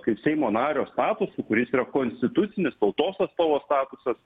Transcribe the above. kaip seimo nario statusu kuris yra konstitucinis tautos atstovo statusas